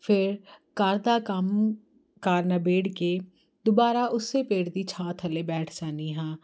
ਫਿਰ ਘਰ ਦਾ ਕੰਮ ਕਾਰ ਨਬੇੜ ਕੇ ਦੁਬਾਰਾ ਉਸ ਪੇੜ ਦੀ ਛਾਂ ਥੱਲੇ ਬੈਠ ਜਾਂਦੀ ਹਾਂ